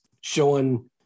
showing